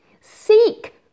Seek